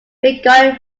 regarding